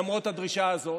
למרות הדרישה הזאת,